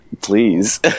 Please